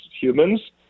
humans